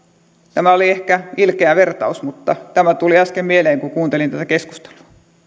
tämä oli ehkä ilkeä vertaus mutta tämä tuli äsken mieleen kun kuuntelin tätä keskustelua